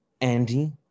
Andy